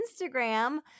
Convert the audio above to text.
Instagram